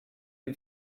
him